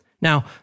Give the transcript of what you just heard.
Now